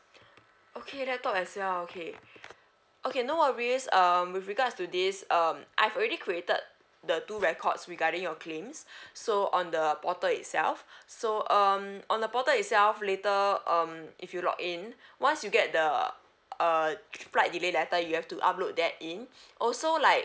okay laptop as well okay okay no worries um with regards to this um I've already created the two records regarding your claims so on the portal itself so um on the portal itself later um if you log in once you get the uh flight delay letter you have to upload that in also like